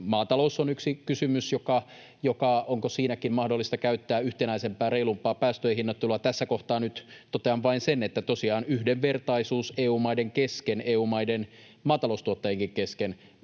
maatalous on yksi kysymys, onko siinäkin mahdollista käyttää yhtenäisempää, reilumpaa päästöjen hinnoittelua. Tässä kohtaa nyt totean vain sen, että tosiaan yhdenvertaisuus EU-maiden kesken, EU-maiden maataloustuottajienkin kesken,